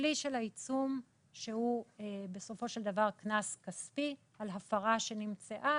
הכלי של העיצום שהוא בסופו של דבר קנס כספי על הפרה שנמצאה